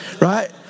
Right